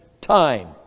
time